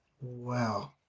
Wow